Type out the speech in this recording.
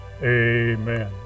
Amen